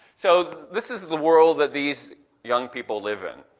so this is the world that these young people live in,